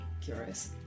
curious